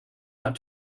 had